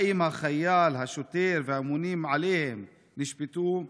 2. האם החייל, השוטר והממונים עליהם נשפטו?